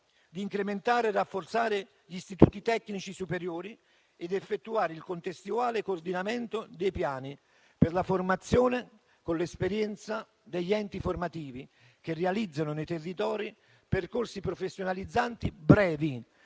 di incrementare e rafforzare gli istituti tecnici superiori e di effettuare il contestuale coordinamento dei piani per la formazione, con l'esperienza degli enti formativi, che realizzano nei territori percorsi professionalizzanti brevi,